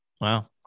Wow